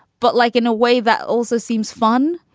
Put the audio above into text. but like in a way that also seems fun.